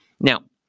Now